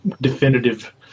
definitive